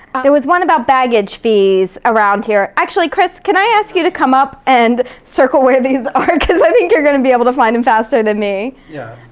there was one about baggage fees around here. actually, chris, can i ask you to come up and circle where these are cause i think you're gonna be able to find them faster than me. yeah,